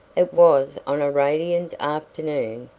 it was on a radiant afternoon,